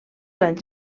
anys